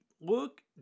Look